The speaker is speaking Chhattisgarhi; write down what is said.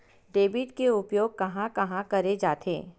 डेबिट के उपयोग कहां कहा करे जाथे?